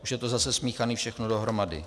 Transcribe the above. Už je to zase smíchané všechno dohromady.